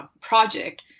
project